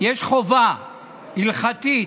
יש חובה הלכתית,